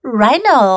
rhino